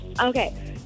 Okay